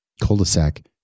cul-de-sac